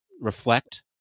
reflect